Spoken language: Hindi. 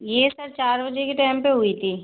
यह सर चार बजे के टैम पर हुई थी